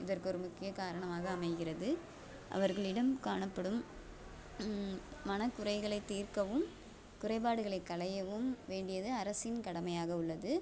இதற்கு ஒரு முக்கிய காரணமாக அமைகிறது அவர்களிடம் காணப்படும் மனக்குறைகளை தீர்க்கவும் குறைபாடுகளை களையவும் வேண்டியது அரசின் கடமையாக உள்ளது